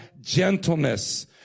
gentleness